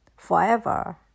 forever